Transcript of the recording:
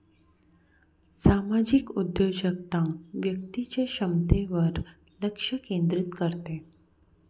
सामाजिक उद्योजकता व्यक्तीच्या क्षमतेवर लक्ष केंद्रित करते